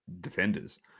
defenders